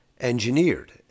engineered